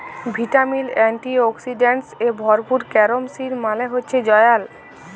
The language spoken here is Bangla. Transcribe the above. ভিটামিল, এন্টিঅক্সিডেন্টস এ ভরপুর ক্যারম সিড মালে হচ্যে জয়াল